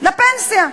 לפנסיה.